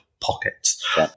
pockets